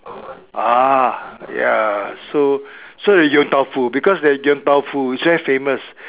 ah ya so so the Yong-Tau-Foo because the Yong-Tau-Foo is very famous